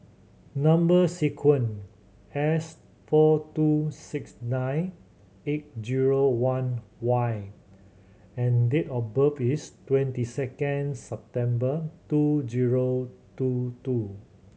number sequence S four two six nine eight zero one Y and date of birth is twenty second September two zero two two